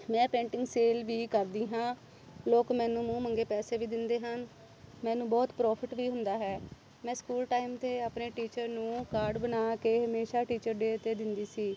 ਮੈਂ painting sale ਵੀ ਕਰਦੀ ਹਾਂ ਲੋਕ ਮੈਨੂੰ ਮੂੰਹ ਮੰਗੇ ਪੈਸੇ ਵੀ ਦਿੰਦੇ ਹਨ ਮੈਨੂੰ ਬਹੁਤ ਪ੍ਰੋਫਿਟ ਵੀ ਹੁੰਦਾ ਹੈ ਮੈਂ ਸਕੂਲ ਟਾਈਮ 'ਤੇ ਆਪਣੇ ਟੀਚਰ ਨੂੰ ਕਾਰਡ ਬਣਾ ਕੇ ਹਮੇਸ਼ਾ ਟੀਚਰ ਡੇਅ 'ਤੇ ਦਿੰਦੀ ਸੀ